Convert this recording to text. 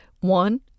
One